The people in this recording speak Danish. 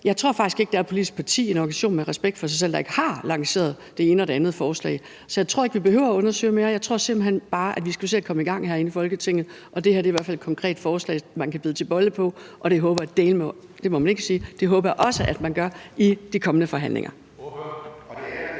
Jeg tror faktisk ikke, der er et politisk parti eller en organisation med respekt for sig selv, der ikke har lanceret det ene og det andet forslag. Så jeg tror ikke, vi behøver at undersøge mere. Jeg tror simpelt hen bare, vi skal se at komme i gang herinde i Folketinget, og det her er i hvert fald et konkret forslag, man kan bide til bolle på, og det håber jeg også at man gør i de kommende forhandlinger. Kl.